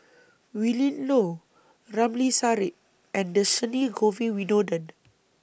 Willin Low Ramli Sarip and Dhershini Govin Winodan